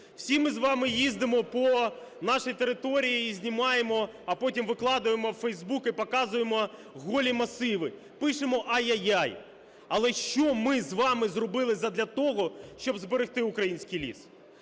Всі ми з вами їздимо по нашій території і знімаємо, а потім викладаємо у Фейсбук і показуємо голі масиви, пишемо: ай-яй-яй. Але що ми з вами зробили задля того, щоб зберегти український ліс?